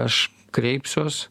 aš kreipsiuos